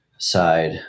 side